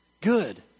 Good